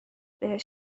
بهش